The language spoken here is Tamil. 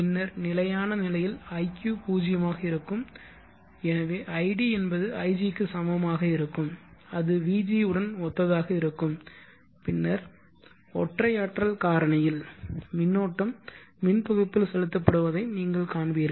பின்னர் நிலையான நிலையில் iq பூஜ்ஜியமாக இருக்கும் எனவே id என்பது ig க்கு சமமாக இருக்கும் அது vg உடன் ஒத்ததாக இருக்கும் பின்னர் ஒற்றை ஆற்றல் காரணியில் மின்னோட்டம் மின் தொகுப்பில் செலுத்தப்படுவதை நீங்கள் காண்பீர்கள்